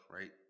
right